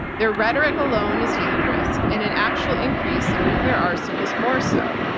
their rhetoric alone is dangerous, and an actual increase in nuclear arsenals more so.